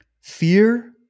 fear